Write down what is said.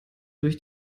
durch